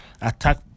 attack